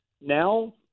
Now